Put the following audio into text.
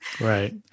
right